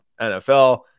NFL